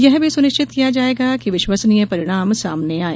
यह भी सुनिश्चित किया जायेगा कि विश्वसनीय परिणाम सामने आये